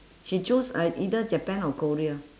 she choose uh either japan or korea